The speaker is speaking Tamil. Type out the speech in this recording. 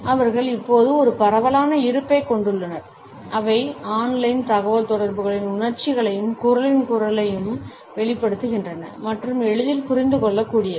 அவர்கள் இப்போது ஒரு பரவலான இருப்பைக் கொண்டுள்ளனர் அவை ஆன்லைன் தகவல்தொடர்புகளில் உணர்ச்சிகளையும் குரலின் குரலையும் வெளிப்படுத்துகின்றன மற்றும் எளிதில் புரிந்துகொள்ளக்கூடியவை